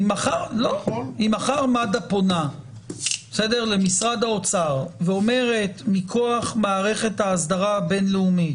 אם מחר מד"א פונה למשרד האוצר ואומרת: מכוח מערכת ההסדרה הבין-לאומית,